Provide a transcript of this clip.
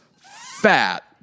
fat